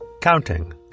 Counting